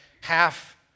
Half